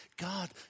God